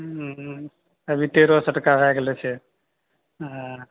हुँ हुँ अभी तेरह सए टका भए गेलो छै हँ